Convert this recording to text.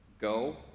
go